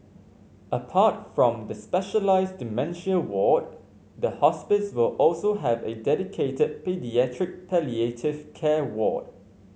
apart from the specialised dementia ward the hospice will also have a dedicated paediatric palliative care ward